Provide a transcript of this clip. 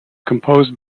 composed